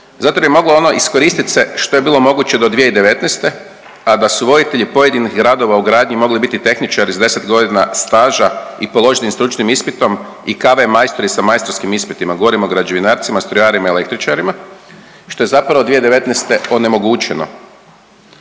Zato jer moglo ono iskoristit se što je bilo moguće do 2019., a da su voditelji pojedinih radova u gradnji mogli biti tehničari s 10 godina staža i položenim stručnim ispitom i KV majstori s majstorskim ispitima, govorim o građevinarcima, strojarima i električarima. Što je zapravo 2019. onemogućeno.